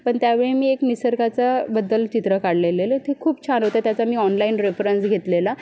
पण त्यावेळी मी एक निसर्गाचं बद्दल चित्र काढलेलं ते खूप छान होतं त्याचं मी ऑनलाईन रेफरन्स घेतलेला